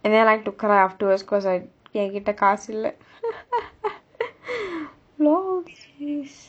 and then I like to cry afterwards because I என் கிட்ட காசு இல்ல:en kitta kaasu illa